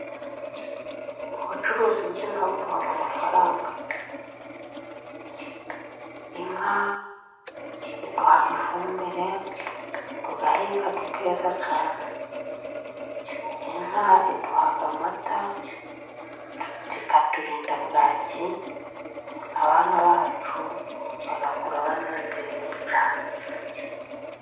Ubucuzi bw'inka buduha amafaranga. Inka iduha ifumbire tugahinga tukeza cyane. Inka iduha amataka, zikaturinda bwaki, abana bacu bagakura banezerewe cyane.